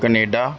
Canada